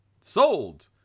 Sold